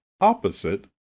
opposite